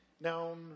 Now